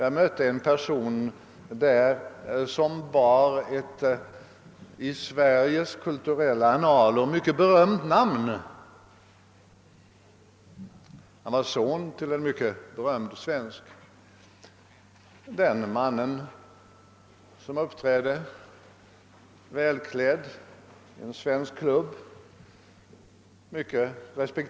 Jag mötte i en svensk klubb en mycket respekterad och välklädd person som var son till en i Sveriges kulturella annaler berömd person.